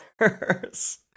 others